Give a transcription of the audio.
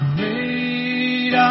Great